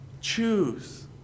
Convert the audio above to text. Choose